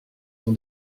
son